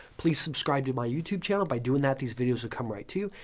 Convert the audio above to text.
please subscribe to my youtube channel. by doing that, these videos will come right to you.